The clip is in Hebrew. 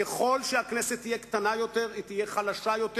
ככל שהכנסת תהיה קטנה יותר היא תהיה חלשה יותר